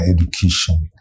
education